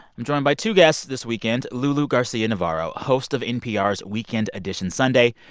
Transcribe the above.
i'm joined by two guests this weekend lulu garcia-navarro, host of npr's weekend edition sunday,